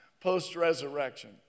post-resurrection